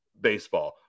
baseball